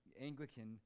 Anglican